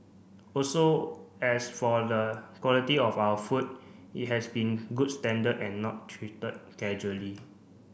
also as for the quality of our food it has been good standard and not treated casually